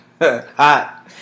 hot